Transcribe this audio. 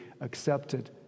accepted